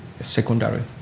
secondary